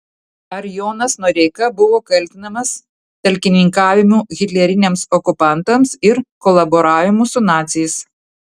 ar jonas noreika buvo kaltinamas talkininkavimu hitleriniams okupantams ir kolaboravimu su naciais